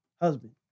husband